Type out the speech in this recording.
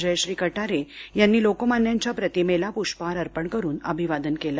जयश्री कटारे यांनी लोकमान्यांच्या प्रतिमेला पुष्पहार अर्पण करून अभिवादन केलं